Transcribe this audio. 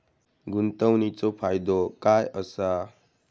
गुंतवणीचो फायदो काय असा?